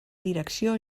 direcció